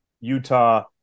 Utah